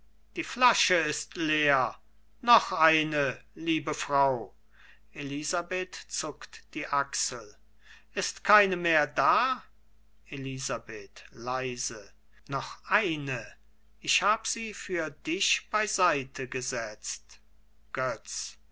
die flasche ist leer noch eine liebe frau elisabeth zuckt die achsel ist keine mehr da elisabeth leise noch eine ich hab sie für dich beiseite gesetzt götz